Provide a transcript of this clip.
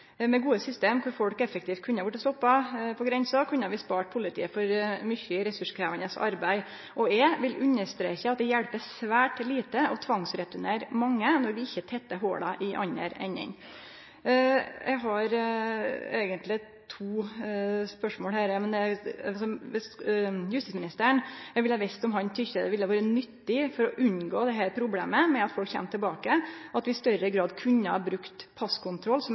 Med gode system der folk effektivt kunne ha vorte stoppa på grensa, kunne vi spart politiet for mykje ressurskrevjande arbeid, og eg vil understreke at det hjelper svært lite å tvangsreturnere mange, når vi ikkje tettar hola i den andre enden. Eg har eigentleg to spørsmål her. Eg vil gjerne vite om justisministeren tykkjer det ville ha vore nyttig for å unngå problemet med at folk kjem tilbake, at vi i større grad kunne ha brukt passkontroll som